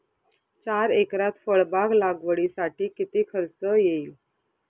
चार एकरात फळबाग लागवडीसाठी किती खर्च येईल?